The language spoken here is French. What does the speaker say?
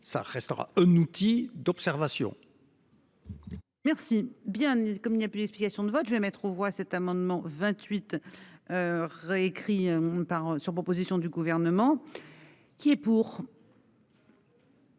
ça restera un outil d'observation. Merci bien. Comme il n'y a plus d'explications de vote, je vais mettre aux voix cet amendement 28. Réécrit par sur proposition du gouvernement. Qui est pour.